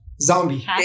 zombie